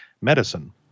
medicine